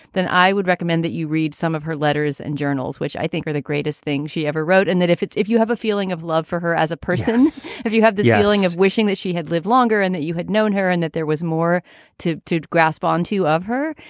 than i would recommend that you read some of her letters and journals, which i think are the greatest thing she ever wrote in, and that if it's if you have a feeling of love for her as a person, if you have the feeling of wishing that she had lived longer and that you had known her and that there was more to to grasp on two of her,